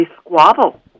squabble